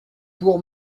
pour